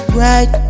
right